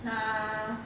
nah